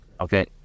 Okay